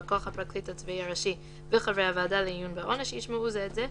בא כוח הפרקליט הצבאי הראשי וחברי הוועדה לעיון בעונש ישמעו זה את זה,